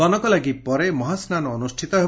ବନକଲାଗି ପରେ ମହାସ୍ନାନ ଅନୁଷ୍ଠିତ ହେବ